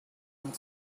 and